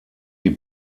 die